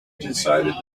decided